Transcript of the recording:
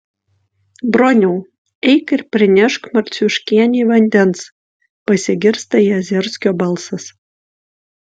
broniau eik ir prinešk marciuškienei vandens pasigirsta jazerskio balsas